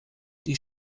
die